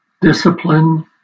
discipline